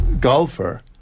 golfer